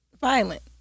Violent